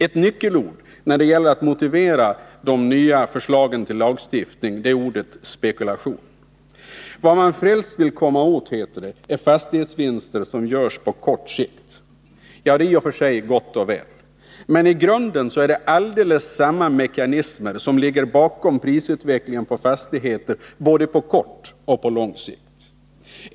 Ett nyckelord när det gäller att motivera den nya lagstiftningen är ordet ”spekulation”. Vad man främst vill komma åt, heter det, är fastighetsvinster som görs på kort sikt. Detta är i och för sig gott och väl. Men i grunden är det alldeles samma mekanismer som ligger bakom prisutvecklingen på fastigheter både på kort och på lång sikt.